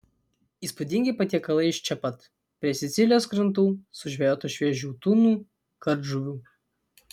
įspūdingi patiekalai iš čia pat prie sicilijos krantų sužvejotų šviežių tunų kardžuvių